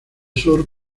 sur